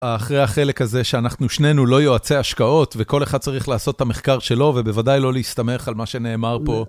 אחרי החלק הזה שאנחנו שנינו לא יועצי השקעות, וכל אחד צריך לעשות את המחקר שלו ובוודאי לא להסתמך על מה שנאמר פה.